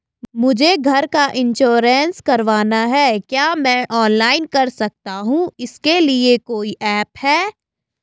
मुझे घर का इन्श्योरेंस करवाना है क्या मैं ऑनलाइन कर सकता हूँ इसके लिए कोई ऐप है?